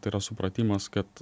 tai yra supratimas kad